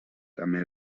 també